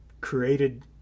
created